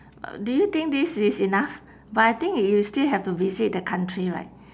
uh do you think this is enough but I think you still have to visit the country right